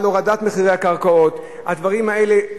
על הורדת מחירי הקרקעות מייד אני מסיים,